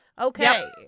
Okay